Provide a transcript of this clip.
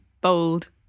bold